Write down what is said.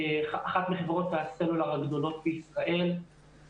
אחת מחברות הסלולר הגדולות בישראל,